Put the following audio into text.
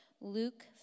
Luke